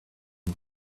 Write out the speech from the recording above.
and